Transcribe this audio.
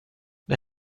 det